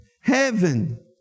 Heaven